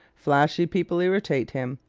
flashy people irritate him.